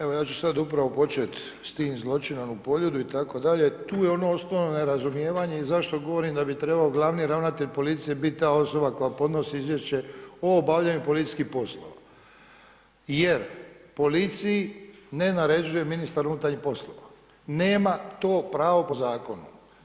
Evo ja ću sad upravo početi s tim zločinom na Poljudu itd., tu je ono osnovno nerazumijevanje i zašto govorim da bi trebao glavni ravnatelj policije biti ta osoba koja podnosi izvješće o obavljanju policijskih poslova jer policiji ne naređuje ministar unutarnjih poslova nema to pravo po zakonu.